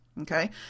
okay